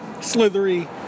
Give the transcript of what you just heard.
slithery